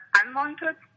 unwanted